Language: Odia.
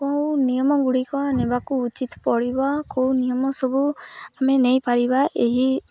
କେଉଁ ନିୟମ ଗୁଡ଼ିକ ନେବାକୁ ଉଚିତ୍ ପଡ଼ିବ କେଉଁ ନିୟମ ସବୁ ଆମେ ନେଇପାରିବା ଏହି